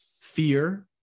fear